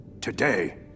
Today